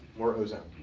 more ozone.